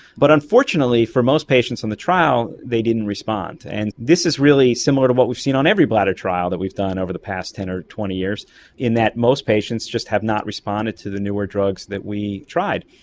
but unfortunately for most patients on the trial they didn't respond. and this is really similar to what we've seen on every bladder trial that we've done over the past ten or twenty years in that most patients just have not responded to the newer drugs that we tried.